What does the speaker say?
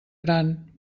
gran